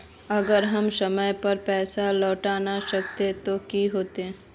अगर हम समय पर पैसा लौटावे ना सकबे ते की होते?